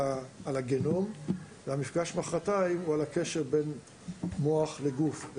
הגנום והמפגש מוחרתיים הוא על הקשר בין מוח לגוף,